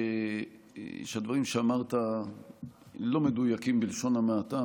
שהדברים שאמרת לא מדויקים בלשון המעטה,